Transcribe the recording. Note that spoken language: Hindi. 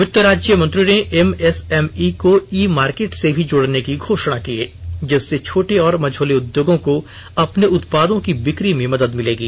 वित्त राज्य मंत्री ने एमएसएमई को ई मार्केट से भी जोडने की घोषणा की जिससे छोटे आर मझोले उद्योगों को अपने उत्पादों की ब्रिकी में मदद मिलेगी